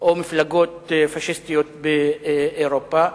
או מפלגות פאשיסטיות באירופה,